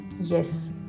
Yes